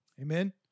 Amen